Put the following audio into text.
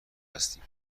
هستیم